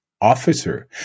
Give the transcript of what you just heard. officer